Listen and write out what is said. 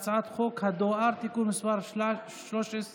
הצעת חוק הדואר (תיקון מס' 13),